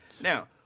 Now